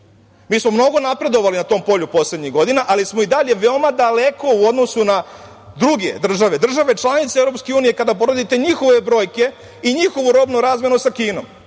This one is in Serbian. Mi smo mnogo napredovali na tom polju poslednjih godina, ali smo i dalje veoma daleko u odnosu na druge države, države članice EU i kada poredite njihove brojke i njihovu robnu razmenu sa Kinom,